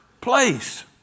place